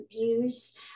views